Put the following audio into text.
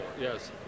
yes